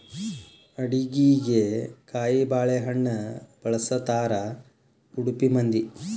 ಅಡಿಗಿಗೆ ಕಾಯಿಬಾಳೇಹಣ್ಣ ಬಳ್ಸತಾರಾ ಉಡುಪಿ ಮಂದಿ